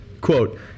quote